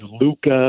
Luca